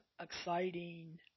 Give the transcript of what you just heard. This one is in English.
exciting